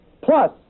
plus